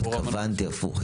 התכוונתי הפוך.